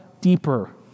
deeper